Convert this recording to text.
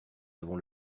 avons